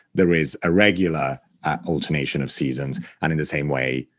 there is irregular alternation of seasons, and in the same way,